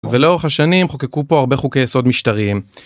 ולאורך השנים חוקקו פה הרבה חוקי יסוד משטריים.